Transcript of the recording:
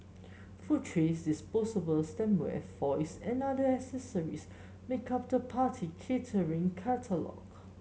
food trays disposable stemware foils and other accessories make up the party catering catalogue